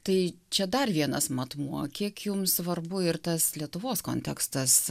tai čia dar vienas matmuo kiek jums svarbu ir tas lietuvos kontekstas